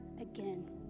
again